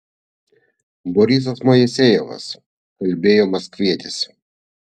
borisas moisejevas kalbėjo maskvietis